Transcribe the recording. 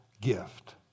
gift